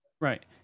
Right